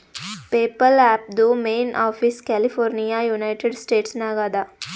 PayPal ಆ್ಯಪ್ದು main office California United States ನಾಗ್ ಅದಾ